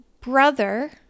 brother